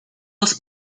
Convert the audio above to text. els